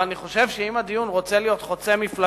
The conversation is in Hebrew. אבל אני חושב שאם הדיון רוצה להיות חוצה מפלגות,